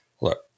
look